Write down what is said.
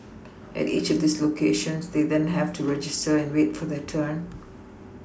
at each of these locations they then have to register and wait for their turn